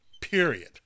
period